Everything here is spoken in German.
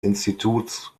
instituts